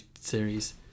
series